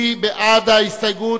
מי בעד ההסתייגות?